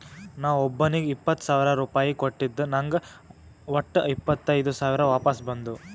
ನಾ ಒಬ್ಬೋನಿಗ್ ಇಪ್ಪತ್ ಸಾವಿರ ರುಪಾಯಿ ಕೊಟ್ಟಿದ ನಂಗ್ ವಟ್ಟ ಇಪ್ಪತೈದ್ ಸಾವಿರ ವಾಪಸ್ ಬಂದು